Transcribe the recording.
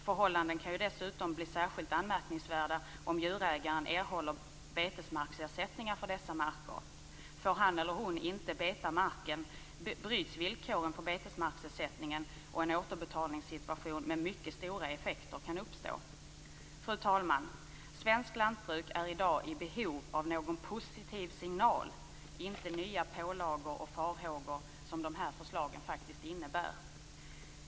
Förhållandena kan dessutom bli särskilt anmärkningsvärda om djurägare erhåller betesmarksersättningar för dessa marker. Får han eller hon inte beta markerna bryts villkoren för betesmarksersättningen och en återbetalningssituation med mycket stora effekter kan uppstå. Fru talman! Svenskt lantbruk är i dag i behov av en positiv signal, inte nya pålagor och farhågor som dessa förslag faktiskt innebär.